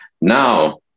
Now